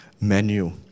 menu